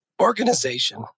Organization